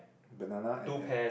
banana and pear